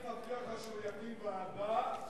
אני מבטיח לך שהוא יקים ועדה,